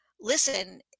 listen